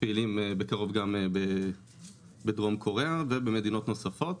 ובקרוב גם בדרום קוריאה ובמדינות נוספות.